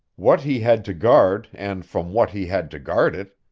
what he had to guard and from what he had to guard it,